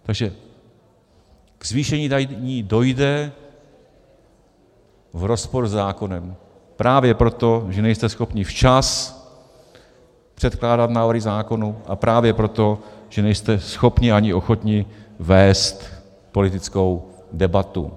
Takže ke zvýšení daní dojde v rozporu se zákonem, právě proto, že nejste schopni včas předkládat návrhy zákonů, a právě proto, že nejste schopni ani ochotni vést politickou debatu.